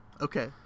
Okay